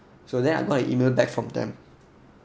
so then I got an email back from them